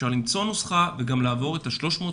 אפשר למצוא נוסחה וגם לעבור את ה-300,